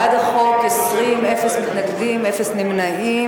בעד החוק, 20, אפס מתנגדים, אפס נמנעים.